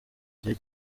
gihe